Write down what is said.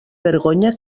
vergonya